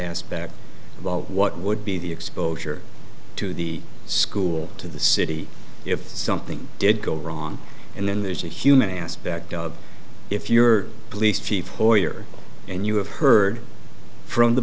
aspect what would be the exposure to the school to the city if something did go wrong and then there's a human aspect of if your police chief lawyer and you have heard from the